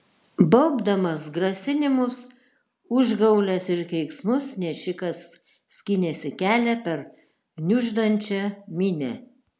baubdamas grasinimus užgaules ir keiksmus nešikas skynėsi kelią per gniuždančią minią